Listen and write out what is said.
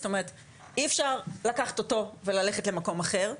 זאת אומרת אי אפשר לקחת אותו וללכת למקום אחר,